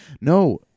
no